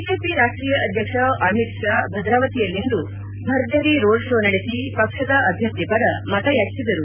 BJP ರಾಷ್ಟೀಯ ಅಧ್ಯಕ್ಷ ಅಮಿತ್ ಶಾ ಭದ್ರಾವತಿಯಲ್ಲಿಂದು ಭರ್ಜರಿ ರೋಡ್ಶೋ ನಡೆಸಿ ಪಕ್ಷದ ಅಭ್ಯರ್ಥಿ ಪರ ಮತ ಯಾಚಿಸಿದರು